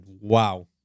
Wow